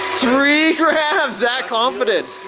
three grams, that confident!